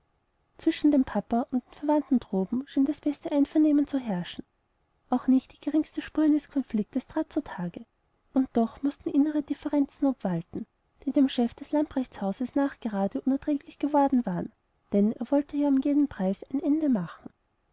zwischen dem papa und den verwandten droben schien das beste einvernehmen zu herrschen auch nicht die geringste spur eines konfliktes trat zu tage und doch mußten innere differenzen obwalten die dem chef des lamprechtshauses nachgerade unerträglich geworden waren denn er wollte ja um jeden preis ein ende machen